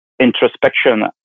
introspection